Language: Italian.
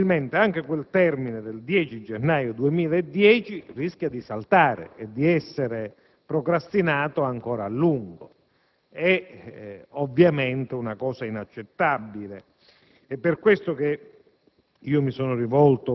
significa che probabilmente anche il termine del 10 gennaio 2010 rischia di saltare e di essere procrastinato ancora a lungo. È ovviamente inaccettabile. Per questo mi